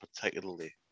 particularly